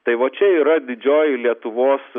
tai va čia yra didžioji lietuvos